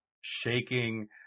Shaking